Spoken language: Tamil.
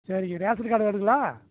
சரிங்க ரேஷன் கார்டு வேணுங்களா